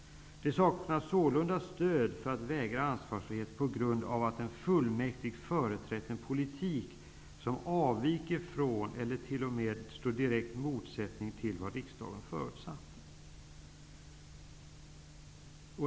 Det saknas sålunda stöd för att vägra ansvarsfrihet på grund av att en fullmäktig företrätt en politik som avviker från eller till och med står i direkt motsättning till vad riksdagen förutsatt.''